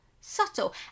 subtle